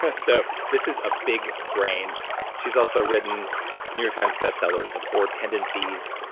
yeah so this is a big brain she's also written new york times bestseller's the four tendencies,